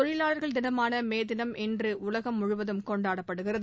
தொழிலாளர்கள் தினமான மே தினம் இன்று உலகம் முழுவதும் கொண்டாடப்படுகிறது